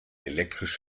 elektrisch